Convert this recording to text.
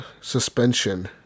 suspension